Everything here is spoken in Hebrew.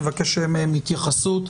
נבקש מהם התייחסות,